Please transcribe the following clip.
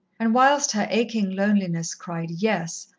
and whilst her aching loneliness cried, yes,